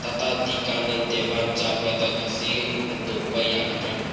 Tata tea Kanan Devan ꯆꯥ product ꯑꯁꯤ ꯍꯟꯗꯣꯛꯄ ꯌꯥꯒꯗ꯭ꯔꯥ